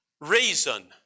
reason